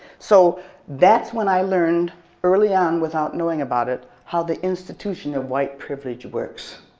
so that's when i learned early on without knowing about it, how the institution of white privilege works,